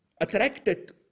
attracted